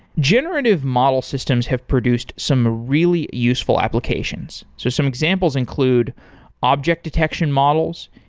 generative model systems have produced some really useful applications. so some examples include object detection models,